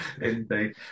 indeed